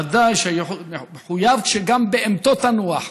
בוודאי מחויב שגם בהמתו תנוח.